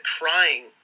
crying